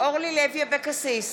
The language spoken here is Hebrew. אורלי לוי אבקסיס,